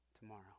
tomorrow